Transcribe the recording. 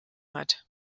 hat